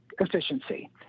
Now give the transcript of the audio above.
efficiency